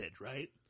right